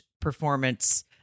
performance